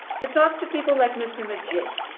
to talk to people like mister majid.